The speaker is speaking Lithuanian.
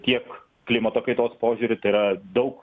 tiek klimato kaitos požiūriu tai yra daug